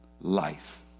life